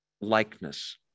likeness